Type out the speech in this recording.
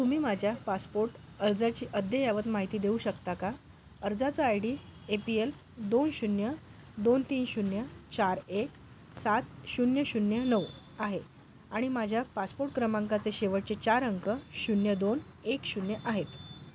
तुम्ही माझ्या पासपोर्ट अर्जाची अद्ययावत माहिती देऊ शकता का अर्जाचा I D A P L दोन शून्य दोन तीन शून्य चार एक सात शून्य शून्य नऊ आहे आणि माझ्या पासपोर्ट क्रमांकाचे शेवटचे चार अंक शून्य दोन एक शून्य आहेत